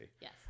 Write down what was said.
Yes